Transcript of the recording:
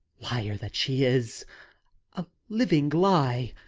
liar that she is a living lie.